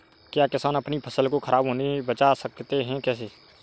क्या किसान अपनी फसल को खराब होने बचा सकते हैं कैसे?